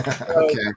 Okay